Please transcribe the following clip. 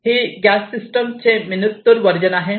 ही gas sensing system चे miniature version आहे